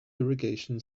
irrigation